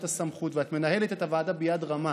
הסמכות ואת מנהלת את הוועדה ביד רמה.